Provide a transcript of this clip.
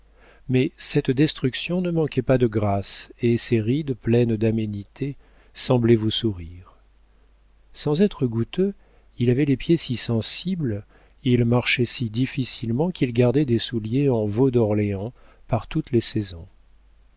mais cette destruction ne manquait pas de grâce et ces rides pleines d'aménité semblaient vous sourire sans être goutteux il avait les pieds si sensibles il marchait si difficilement qu'il gardait des souliers en veau d'orléans par toutes les saisons